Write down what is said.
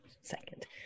Second